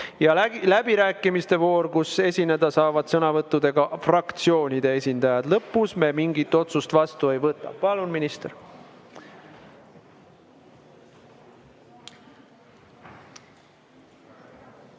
ja läbirääkimiste voor, sõna saavad võtta fraktsioonide esindajad. Lõpus me mingit otsust vastu ei võta. Palun, minister!